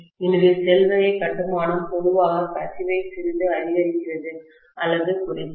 எனவே ஷெல் வகை கட்டுமானம் பொதுவாக கசிவை சிறிது அதிகரிக்கிறது அல்லது குறைக்கிறது